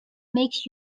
makes